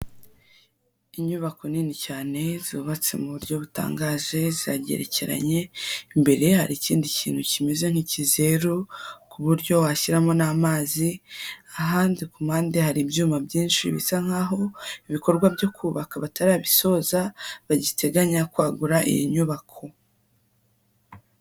Inyubako nini cyane zubatse mu buryo butangaje, ziragerekeranye, imbere hari ikindi kintu kimeze nk'ikizeru, ku buryo washyiramo n'amazi, ahandi ku mpande hari ibyuma byinshi, bisa nkaho ibikorwa byo kubaka batarabisoza, bagiteganya kwagura iyi nyubako.